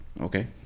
okay